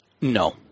No